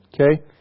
Okay